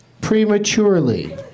prematurely